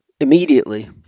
immediately